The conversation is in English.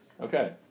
Okay